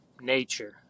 nature